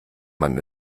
man